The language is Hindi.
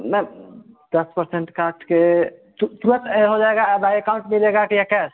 मैम दस परसेंट काट के तुरंत ऐड हो जाएगा आधा अकाउंट मिलेगा कि कैश